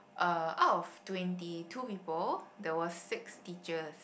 uh out of twenty two people there was six teachers